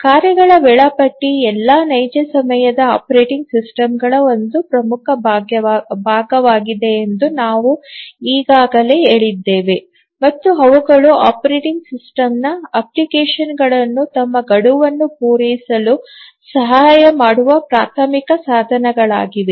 ಕಾರ್ಯಗಳ ವೇಳಾಪಟ್ಟಿ ಎಲ್ಲಾ ನೈಜ ಸಮಯದ ಆಪರೇಟಿಂಗ್ ಸಿಸ್ಟಮ್ಗಳ ಒಂದು ಪ್ರಮುಖ ಭಾಗವಾಗಿದೆ ಎಂದು ನಾವು ಈಗಾಗಲೇ ಹೇಳಿದ್ದೇವೆ ಮತ್ತು ಅವುಗಳು ಆಪರೇಟಿಂಗ್ ಸಿಸ್ಟಮ್ ಅಪ್ಲಿಕೇಶನ್ಗಳನ್ನು ತಮ್ಮ ಗಡುವನ್ನು ಪೂರೈಸಲು ಸಹಾಯ ಮಾಡುವ ಪ್ರಾಥಮಿಕ ಸಾಧನಗಳಾಗಿವೆ